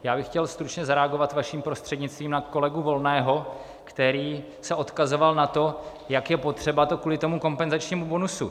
Já bych chtěl stručně zareagovat vaším prostřednictvím na kolegu Volného, který se odkazoval na to, jak je to potřeba kvůli tomu kompenzačnímu bonusu.